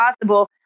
possible